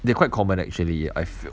they quite common actually I feel